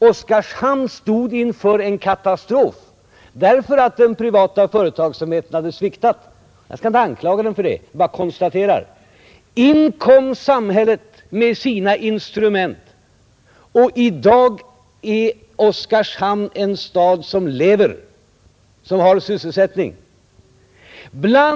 Oskarshamn stod inför en katastrof därför att den privata företagsamheten hade sviktat. Jag skall inte anklaga den för det — jag bara konstaterar det. In kom samhället med sina instrument, och i dag är Oskarshamn en stad som lever och som har sysselsättning.